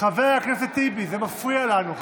חבר הכנסת טיבי, זה מפריע לנו.